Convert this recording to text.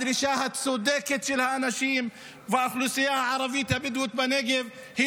הדרישה הצודקת של האנשים ושל האוכלוסייה הערבית הבדואית בנגב היא